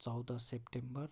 चौध सेप्टेम्बर